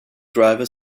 driver